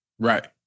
Right